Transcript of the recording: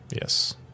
Yes